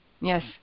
yes